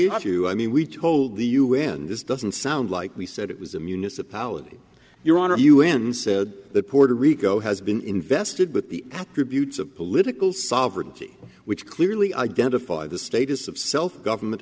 you i mean we told the un this doesn't sound like we said it was a municipality your honor un said the puerto rico has been invested with the attributes of political sovereignty which clearly identify the status of self government